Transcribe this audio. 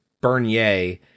Bernier